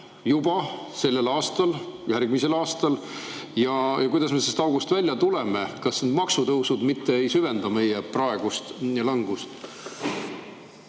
juba sellel aastal ja järgmisel aastal? Kuidas me sellest august välja tuleme? Kas need maksutõusud mitte ei süvenda meie praegust langust?